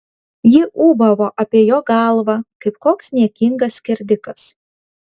ji ūbavo apie jo galvą kaip koks niekingas skerdikas